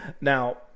Now